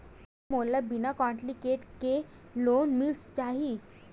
का मोला बिना कौंटलीकेट के लोन मिल जाही?